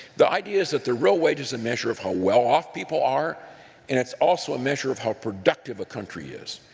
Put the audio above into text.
the idea is that the real wage is a measure of how well off people are and it also a measure of how productive a country is.